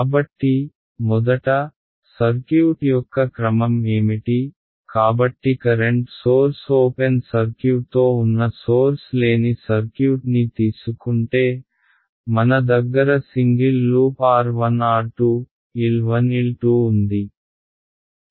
కాబట్టి మొదట సర్క్యూట్ యొక్క క్రమం ఏమిటి కాబట్టి కరెంట్ సోర్స్ ఓపెన్ సర్క్యూట్తో ఉన్న సోర్స్ లేని సర్క్యూట్ ని తీసుకుంటే మన దగ్గర single loop R 1 R 2 L 1 L 2 ఉంది